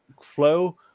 flow